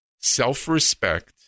self-respect